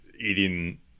eating